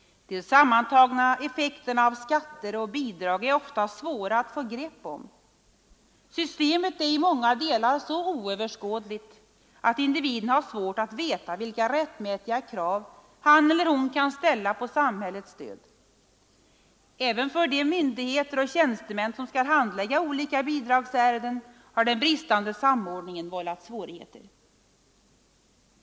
De sammantagna effekterna av skatter och bidrag är oftast svåra att få grepp om. Systemet är i många delar så oöverskådligt att individen har svårt att veta vilka rättmätiga krav han eller hon kan ställa på samhällets stöd. Även för de myndigheter och tjänstemän som skall handlägga olika bidragsärenden har den bristande samordningen vållat svårigheter.